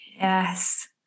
Yes